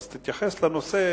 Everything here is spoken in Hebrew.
אז תתייחס לנושא